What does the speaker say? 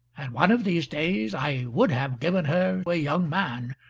and one of these days i would have given her a young man,